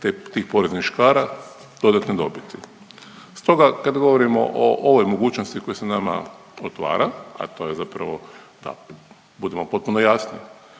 tih poreznih škara dodatne dobiti. Stoga kada govorimo o ovoj mogućnosti koja se nama otvara, a to je zapravo ta budimo postupno jasni,